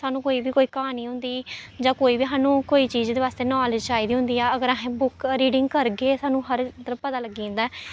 सानूं कोई बी क्हानी होंदी जां कोई बी सानूं कोई चीज बास्तै नालेज चाहिदी होंदी ऐ अगर अहें बुक रीडिंग करगे सानूं हर इक मतलब पता लग्गी जंदा ऐ